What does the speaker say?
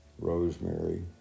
Rosemary